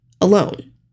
alone